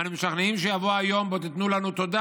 אנו משוכנעים שיבוא היום שבו תיתנו לנו תודה